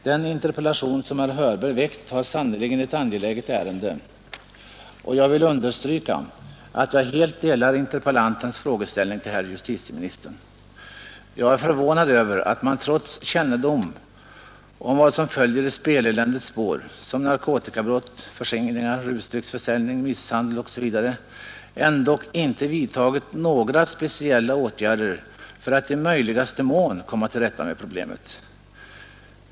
Den interpellation som herr Hörberg väckte har sannerligen ett angeläget ärende, och jag vill understryka att jag helt delar interpellantens frågeställning till herr justitieministern. Jag är förvånad över att man trots kännedom om vad som följer i speleländets spår — narkotikabrott, förskingringar, rusdrycksförsäljning, misshandel osv. — inte vidtagit några speciella åtgärder för att i möjligaste mån komma till rätta med problemet.